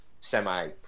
semi